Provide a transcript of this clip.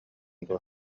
дуо